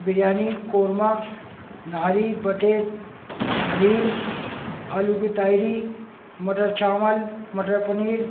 بریانی قورمہ نہاری بٹیر حلیم آلو کی تہری مٹر چاول مٹر پنیر